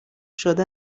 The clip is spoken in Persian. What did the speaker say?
شده